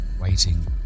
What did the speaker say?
waiting